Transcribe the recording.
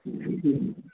جی